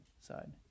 side